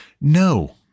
No